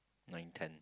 nine ten